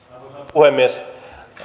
puhemies